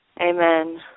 Amen